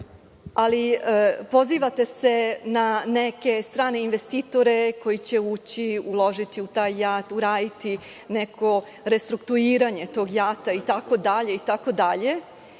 se pozivate na neke strane investitore koji će ući, uložiti u taj JAT, uraditi neko restrukturiranje tog JAT-a itd. Da